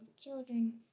Children